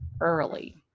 early